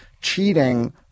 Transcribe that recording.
cheating